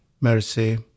mercy